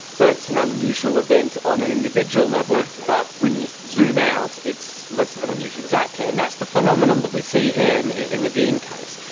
so it's an unusual event on an individual level, but when you zoom out it's less of an unusual event. exactly, and that's the phenomenon that we see here and in the geen case.